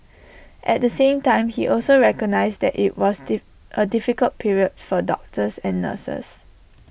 at the same time he also recognised that IT was diff A difficult period for doctors and nurses